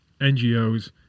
NGOs